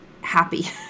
happy